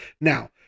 now